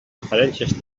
referències